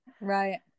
Right